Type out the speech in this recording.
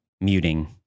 muting